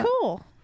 cool